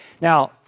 Now